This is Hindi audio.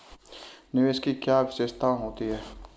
निवेश की क्या विशेषता होती है?